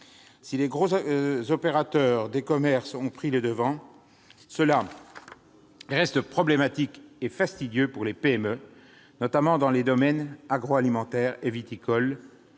Si les gros opérateurs de commerce ont pris les devants, cette situation reste problématique et fastidieuse pour les PME, notamment dans les domaines agroalimentaire et viticole.